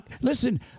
listen